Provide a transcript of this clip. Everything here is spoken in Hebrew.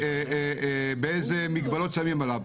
איזה מגבלות שמים עליו.